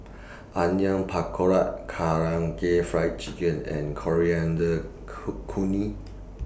Onion Pakora Karaage Fried Chicken and Coriander Co Chutney